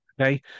okay